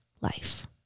life